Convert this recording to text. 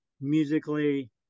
musically